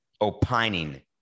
opining